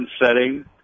setting